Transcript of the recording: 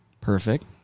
Perfect